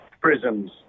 prisms